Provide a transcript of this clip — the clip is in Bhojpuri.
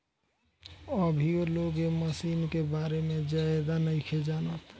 अभीयो लोग ए मशीन के बारे में ज्यादे नाइखे जानत